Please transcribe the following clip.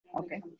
Okay